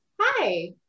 Hi